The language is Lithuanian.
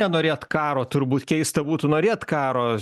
nenorėt karo turbūt keista būtų norėt karo